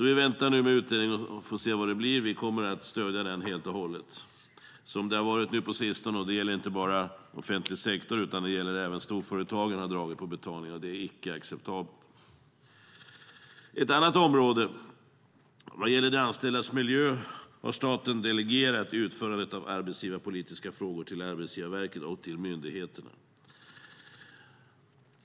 Vi väntar nu på utredningen och får se vad det blir, och vi kommer att stödja den helt och hållet. Som det har varit på sistone har inte bara offentlig sektor utan även storföretagen dragit på betalningarna, och det är icke acceptabelt. Ett annat område: Vad gäller de anställdas miljö har staten delegerat utförandet av arbetsgivarpolitiska frågor till Arbetsgivarverket och till myndigheterna.